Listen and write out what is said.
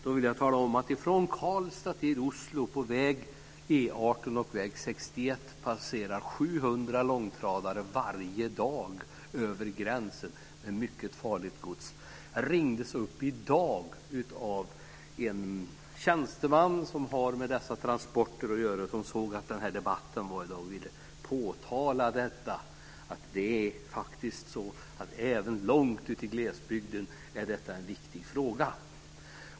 Jag vill tala om att från Karlstad till Oslo, på E 18 och väg 61, passerar 700 långtradare varje dag över gränsen med mycket farligt gods. Jag ringdes upp i dag av en tjänsteman som har med dessa transporter att göra och som såg att den här debatten skulle hållas i dag. Han ville påtala att detta faktiskt även långt ute i glesbygden är en viktig fråga.